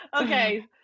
Okay